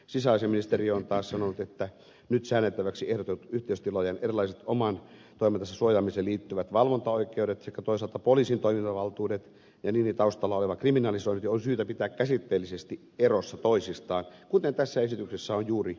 sisäasiainministeriö on taas sanonut että nyt säänneltäväksi ehdotetut yhteisötilaajan erilaiset oman toimintansa suojaamiseen liittyvät valvontaoikeudet sekä toisaalta poliisin toimintavaltuudet ja niiden taustalla oleva kriminalisointi on syytä pitää käsitteellisesti erossa toisistaan kuten tässä esityksessä on juuri pyritty tekemään